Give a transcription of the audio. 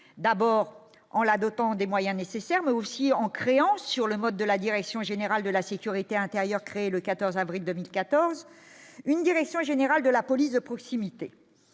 d'abord en la dotant des moyens nécessaires, mais aussi en créant, sur le mode de la direction générale de la sécurité intérieure créée le 14 avril 2014 une direction générale de la police de proximité,